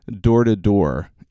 door-to-door